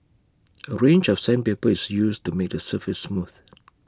A range of sandpaper is used to make the surface smooth